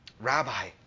Rabbi